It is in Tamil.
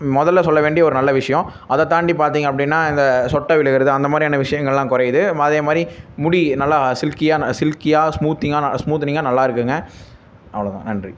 முதல்ல சொல்ல வேண்டிய ஒரு நல்ல விஷயோம் அதை தாண்டி பார்த்திங்க அப்படின்னா இந்த சொட்டை விழுகிறது அந்த மாதிரியான விஷயங்கள்லாம் குறையுது மாதே மாதிரி முடி நல்லா சில்க்கியாக நான் சில்க்கியாக ஸ்மூத்திங்காக நான் ஸ்மூத்தனிங்காக நல்லாயிருக்குங்க அவ்வளோ தான் நன்றி